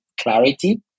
clarity